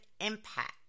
impact